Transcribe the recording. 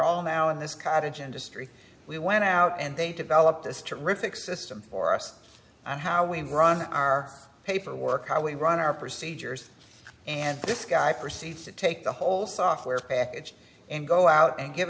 all now in this cottage industry we went out and they developed this terrific system for us on how we run our paperwork how we run our procedures and this guy proceeds to take the whole software package and go out and give